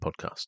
Podcast